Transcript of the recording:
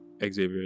Xavier